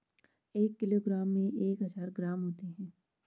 एक किलोग्राम में एक हजार ग्राम होते हैं